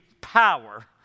power